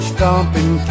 Stomping